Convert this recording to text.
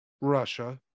russia